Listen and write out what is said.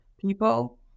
people